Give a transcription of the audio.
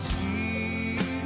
Jesus